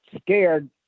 scared